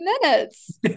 minutes